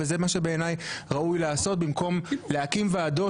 וזה מה שבעיניי ראוי לעשות, במקום להקים ועדות